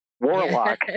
Warlock